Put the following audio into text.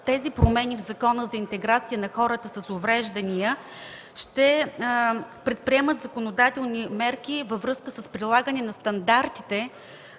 тези промени в Закона за интеграция на хората с увреждания ще предприеме законодателни мерки във връзка с прилагане на стандартите